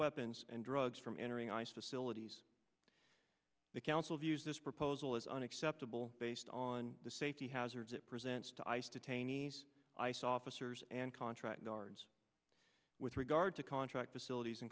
weapons and drugs from entering ice facilities the council views this proposal as unacceptable based on the safety hazards it presents to ice detainees ice officers and contract guards with regard to contract facilities and